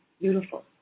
Beautiful